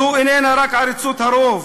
זו איננה רק עריצות הרוב,